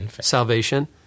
salvation